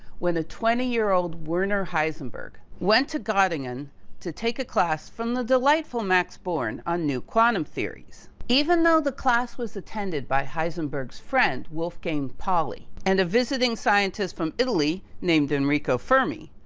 when a twenty year old werner heisenberg went to gottingen to take a class from the delightful max born on new quantum theories. even though the class was attended by heisenberg's friend, wolfgang pauli and a visiting scientist from italy named enrico fermi.